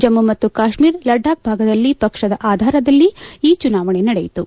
ಜಮ್ನು ಮತ್ತು ಕಾತ್ನೀರ ಲಡಾಕ್ ಭಾಗದಲ್ಲಿ ಪಕ್ಷದ ಆಧಾರದಲ್ಲಿ ಈ ಚುನಾವಣೆ ನಡೆಯಿತು